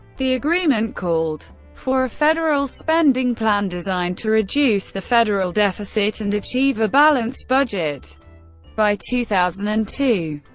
the agreement called for a federal spending plan designed to reduce the federal deficit and achieve a balanced budget by two thousand and two.